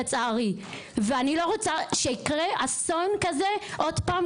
לצערי ואני לא רוצה שייקרה אסון כזה עוד פעם,